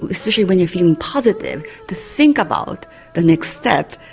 especially when you're feeling positive, to think about the next step.